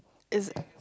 is